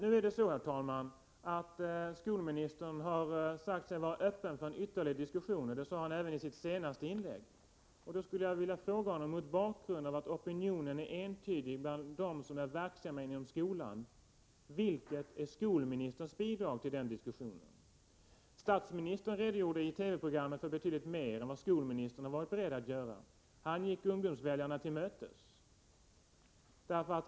Nu är det så, herr talman, att skolministern har sagt sig vara öppen för en ytterligare diskussion. Det sade han även i sitt senaste inlägg. Mot bakgrund av att opinionen är entydig bland dem som är verksamma inom skolan skulle jag vilja fråga skolministern: Vilket är skolministerns bidrag till den diskussionen? Statsministern redogjorde i TV-programmet för betydligt mer än vad skolministern har varit beredd att göra. Statsministern gick ungdomsväljarna till mötes.